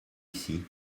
ici